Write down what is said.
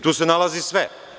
Tu se nalazi sve.